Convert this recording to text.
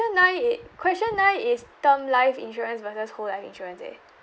nine i~ question nine is term life insurance versus whole life insurance eh